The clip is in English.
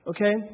Okay